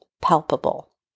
palpable